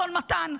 אדון מתן,